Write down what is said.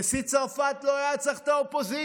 נשיא צרפת לא היה צריך את האופוזיציה,